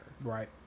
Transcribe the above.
Right